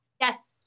Yes